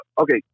Okay